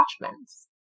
attachments